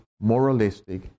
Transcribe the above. moralistic